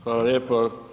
Hvala lijepo.